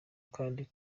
kandi